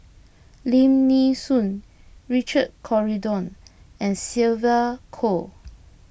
Lim Nee Soon Richard Corridon and Sylvia Kho